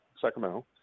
Sacramento